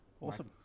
Awesome